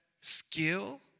skill